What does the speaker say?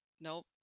nope